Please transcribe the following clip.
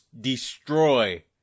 destroy